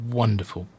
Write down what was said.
wonderful